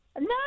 No